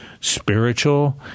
spiritual